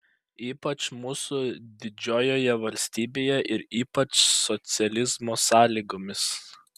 ypač mūsų didžiojoje valstybėje ir ypač socializmo sąlygomis